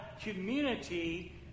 community